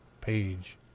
page